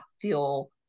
feel